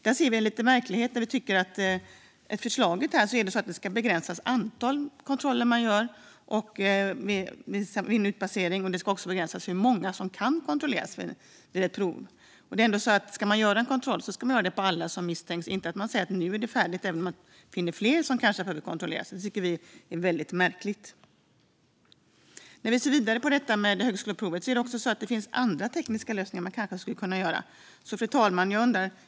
Vi ser en märklighet i förslaget. Antalet kontroller vid utpassering ska begränsas. Det ska begränsas hur många som kan kontrolleras vid ett prov. Det tycker vi är väldigt märkligt. Ska man kontrollera ska man kontrollera alla som misstänks. Man ska inte säga att det är färdigt när det finns fler som kanske behöver kontrolleras. När vi ser vidare på detta med högskoleprovet ser vi att det kanske finns andra tekniska lösningar man skulle kunna använda.